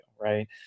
Right